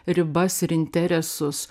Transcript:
ribas ir interesus